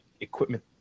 equipment